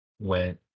went